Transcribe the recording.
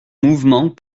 mouvement